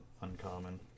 Uncommon